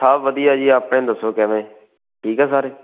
ਹਾਂ ਵਧੀਆ ਜੀ ਆਪਣੇ ਦੱਸੋ ਕਿਵੇਂ ਠੀਕ ਆ ਸਾਰੇ